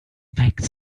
make